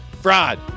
fraud